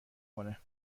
کنه